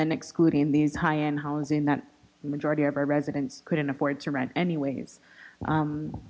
then excluding these high end housing that the majority of our residents couldn't afford to rent anyways